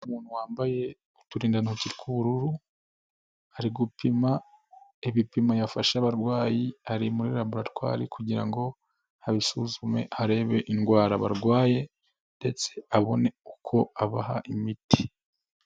Umuntu wambaye uturindantoki tw'ubururu, ari gupima ibipimo yafasha abarwayi, ari muri raboratwari kugira ngo abisuzume arebe indwara barwaye ndetse abone uko abaha imiti.